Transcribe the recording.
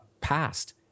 passed